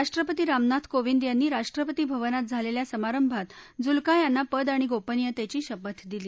राष्ट्रपती रामनाथ कोविद यांनी राष्ट्रपती भवनात झालेल्या समारंभात जुल्का यांना पद आणि गोपनीयतेची शपथ दिली